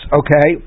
okay